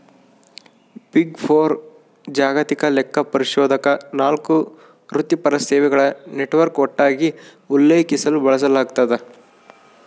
big four ಜಾಗತಿಕ ಲೆಕ್ಕಪರಿಶೋಧಕ ನಾಲ್ಕು ವೃತ್ತಿಪರ ಸೇವೆಗಳ ನೆಟ್ವರ್ಕ್ ಒಟ್ಟಾಗಿ ಉಲ್ಲೇಖಿಸಲು ಬಳಸಲಾಗ್ತದ